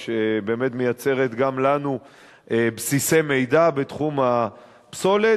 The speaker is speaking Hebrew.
שבאמת מייצרת גם לנו בסיסי מידע בתחום הפסולת.